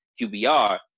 QBR